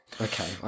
Okay